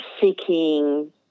seeking